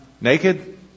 naked